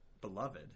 Beloved